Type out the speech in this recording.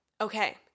okay